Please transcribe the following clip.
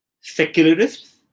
secularists